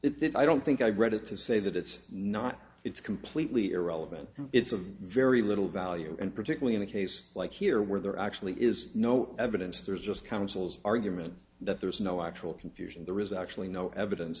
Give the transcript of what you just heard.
relevant if i don't think i read it to say that it's not it's completely irrelevant it's of very little value and particularly in a case like here where there actually is no evidence there's just counsel's argument that there's no actual confusion there is actually no evidence